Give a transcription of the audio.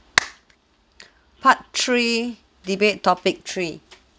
part three debate topic three